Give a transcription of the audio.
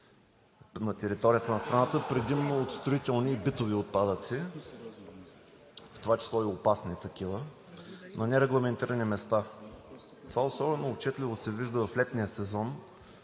на територията на страната, предимно от строителни и битови отпадъци, в това число и опасни такива, на нерегламентирани места. Това особено отчетливо се вижда в летния сезон,